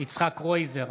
יצחק קרויזר,